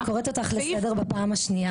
אני קוראת אותך לסדר בפעם השנייה.